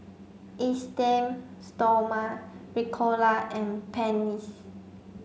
Esteem Stoma Ricola and Pansy